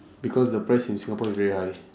because the price in singapore is very high